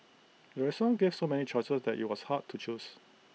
the restaurant gave so many choices that IT was hard to choose